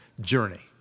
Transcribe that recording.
journey